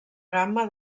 gamma